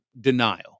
denial